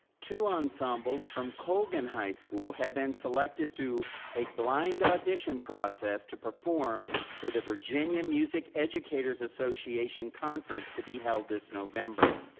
two ensembles from colgate and high school had been selected through a blind audition process to perform for the virginia music educators association conference to be held this november.